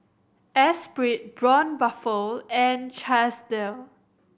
Esprit Braun Buffel and Chesdale